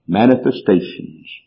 manifestations